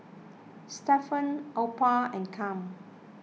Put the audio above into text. Stephan Opal and Cam